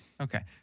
Okay